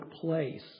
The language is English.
place